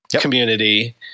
community